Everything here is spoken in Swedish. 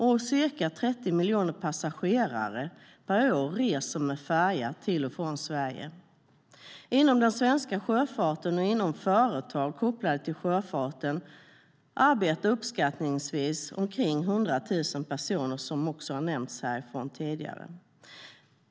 Ca 30 miljoner passagerare per år reser med färja till och från Sverige.Inom den svenska sjöfarten och inom företag kopplade till sjöfarten arbetar uppskattningsvis omkring 100 000 personer, vilket också har nämnts här tidigare.